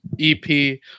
EP